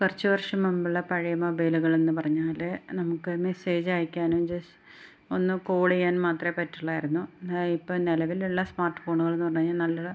കുറച്ച് വർഷം മുമ്പുള്ള പഴയ മൊബൈലുകളെന്ന് പറഞ്ഞാൽ നമുക്ക് മെസ്സേജയക്കാനും ജസ് ഒന്ന് കോൾ ചെയ്യാൻ മാത്രമേ പറ്റുള്ളാരുന്നു ഇതാ ഇപ്പോൾ നിലവിലുള്ള സ്മാർട്ട് ഫോണുകൾന്ന് പറഞ്ഞ് കഴിഞ്ഞാൽ നല്ലൊരു